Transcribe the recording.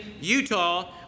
Utah